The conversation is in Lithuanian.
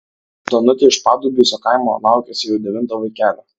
danutė iš padubysio kaimo laukiasi jau devinto vaikelio